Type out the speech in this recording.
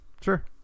sure